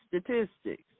statistics